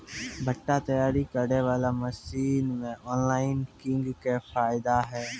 भुट्टा तैयारी करें बाला मसीन मे ऑनलाइन किंग थे फायदा हे?